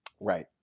Right